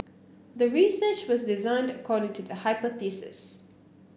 the research was designed according to the hypothesis